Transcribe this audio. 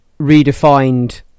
redefined